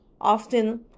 often